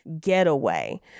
getaway